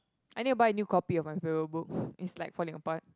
I need to buy a new copy of my favourite book it's like falling apart